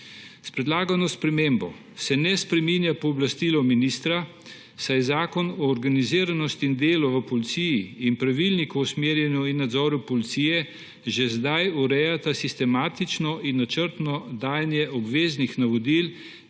S predlagano spremembo se ne spreminja pooblastilo ministra, saj Zakon o organiziranosti in delu v policiji in Pravilnik usmerjanju in nadzoru policije že zdaj urejata sistematično in načrtno dajanje obveznih navodil